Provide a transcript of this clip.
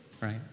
right